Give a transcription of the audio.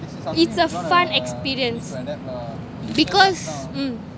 it's a fun experience because mm